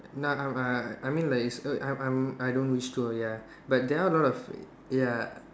not I'm I I mean like I'm I I don't wish to uh ya but there are a lot of ya